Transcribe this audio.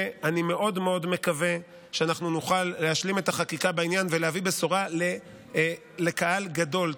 ואני מאוד מקווה שנוכל להשלים את החקיקה בעניין ולהביא בשורה לקהל גדול.